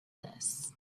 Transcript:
this